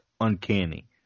uncanny